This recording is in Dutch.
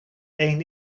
één